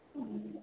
ம்